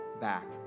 back